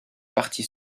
parti